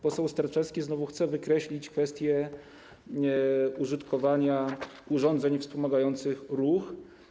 Poseł Sterczewski znowu chce wykreślić kwestię użytkowania urządzeń wspomagających ruch.